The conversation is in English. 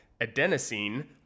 adenosine